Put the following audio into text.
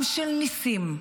עם של ניסים,